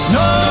no